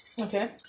Okay